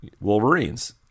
Wolverines